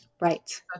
right